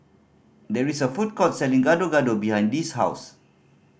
there is a food court selling Gado Gado behind Dee's house